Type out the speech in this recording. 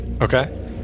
Okay